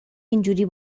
اینجوری